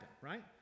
right